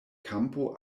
kampo